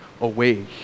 away